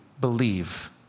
believe